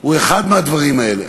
הוא אחד מהדברים האלה.